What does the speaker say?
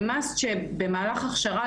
זה חובה שבמהלך הכשרה,